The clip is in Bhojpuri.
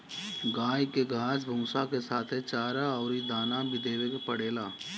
गाई के घास भूसा के साथे चारा अउरी दाना भी देवे के पड़ेला